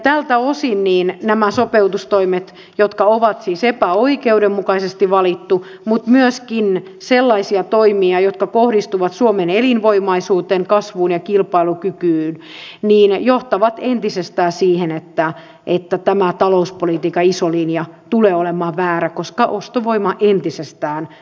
tältä osin nämä sopeutustoimet jotka ovat siis epäoikeudenmukaisesti valittuja mutta myöskin sellaisia toimia jotka kohdistuvat suomen elinvoimaisuuteen kasvuun ja kilpailukykyyn johtavat entisestään siihen että tämä talouspolitiikan iso linja tulee olemaan väärä koska ostovoima entisestään supistuu